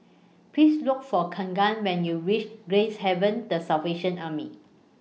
Please Look For Kegan when YOU REACH Gracehaven The Salvation Army